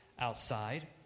outside